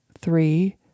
three